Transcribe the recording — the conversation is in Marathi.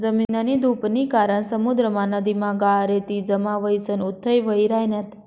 जमीननी धुपनी कारण समुद्रमा, नदीमा गाळ, रेती जमा व्हयीसन उथ्थय व्हयी रायन्यात